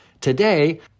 Today